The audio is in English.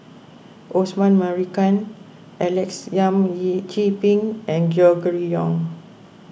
Osman Merican Alex Yam Ziming and Gregory Yong